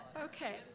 Okay